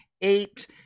eight